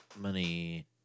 money